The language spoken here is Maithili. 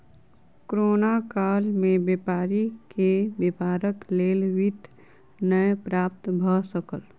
कोरोना काल में व्यापारी के व्यापारक लेल वित्त नै प्राप्त भ सकल